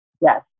Yes